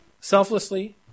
Selflessly